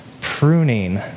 pruning